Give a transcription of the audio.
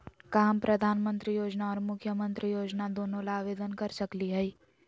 का हम प्रधानमंत्री योजना और मुख्यमंत्री योजना दोनों ला आवेदन कर सकली हई?